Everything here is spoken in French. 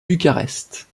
bucarest